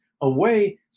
away